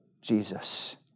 Jesus